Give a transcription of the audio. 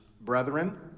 Brethren